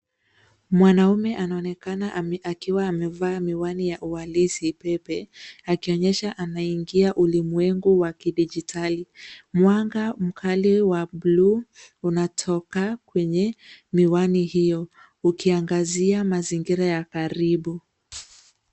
Mwanaume anaonekana akiwa amevaa miwani ya uhalisi pepe. Akionyesha anaingia ulimwengu wa kidigitali. Mwanga mkali wa bluu unatoka kwenye miwani hiyo. Ukiangazia mazingira ya karibu.